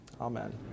amen